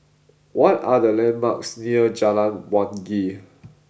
what are the landmarks near Jalan Wangi